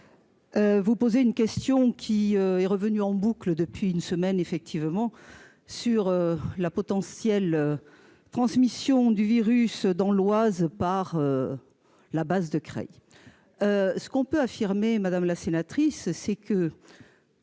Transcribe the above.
vous posez une question qui tourne en boucle depuis une semaine : la potentielle transmission du virus dans l'Oise par la base de Creil. Ce que nous pouvons affirmer, madame la sénatrice, c'est que